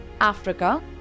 Africa